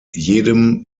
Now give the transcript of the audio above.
jedem